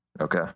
Okay